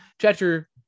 Chapter